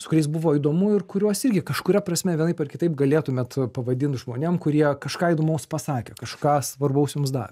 su kuriais buvo įdomu ir kuriuos irgi kažkuria prasme vienaip ar kitaip galėtumėt pavadint žmonėm kurie kažką įdomaus pasakė kažką svarbaus jums davė